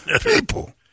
people